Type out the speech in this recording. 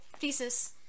Thesis